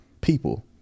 people